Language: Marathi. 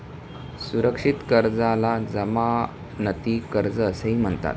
सुरक्षित कर्जाला जमानती कर्ज असेही म्हणतात